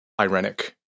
ironic